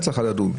צריכה לדון.